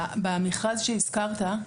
במכרז שהזכרת,